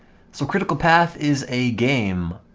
so critical path is a game